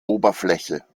oberfläche